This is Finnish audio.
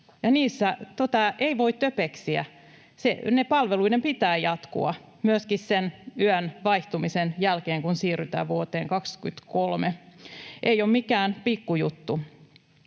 niissä ei voi töpeksiä. Palveluiden pitää jatkua myöskin sen yön vaihtumisen jälkeen, kun siirrytään vuoteen 23. Se ei ole mikään pikkujuttu.